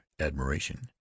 admiration